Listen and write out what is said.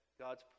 God's